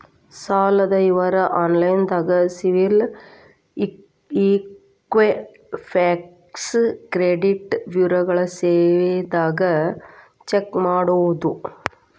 ಸಾಲದ್ ವಿವರ ಆನ್ಲೈನ್ಯಾಗ ಸಿಬಿಲ್ ಇಕ್ವಿಫ್ಯಾಕ್ಸ್ ಕ್ರೆಡಿಟ್ ಬ್ಯುರೋಗಳ ಸೇವೆದಾಗ ಚೆಕ್ ಮಾಡಬೋದು